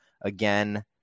again